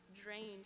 drained